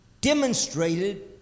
demonstrated